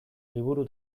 liburu